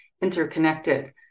interconnected